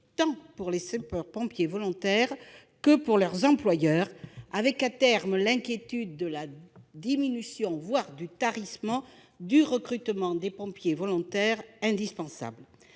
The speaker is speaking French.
tant pour les sapeurs-pompiers volontaires que pour leurs employeurs. À terme, ils s'inquiètent de la diminution, voire du tarissement, du recrutement des pompiers volontaires, pourtant indispensables.